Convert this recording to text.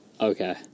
Okay